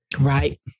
right